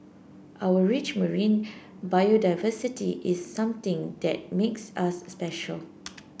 our rich marine biodiversity is something that makes us special